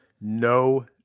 No